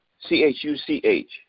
C-H-U-C-H